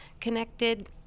connected